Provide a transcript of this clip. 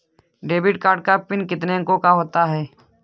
Debit card का PIN कितने अंकों का होता है?